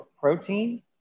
protein